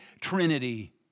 trinity